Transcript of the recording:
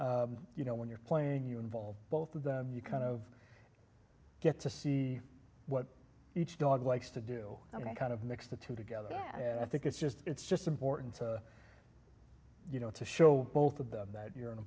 you know when you're playing you involve both of you kind of get to see what each dog likes to do and i kind of mix the two together and i think it's just it's just important to you know to show both of them that you're an